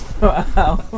Wow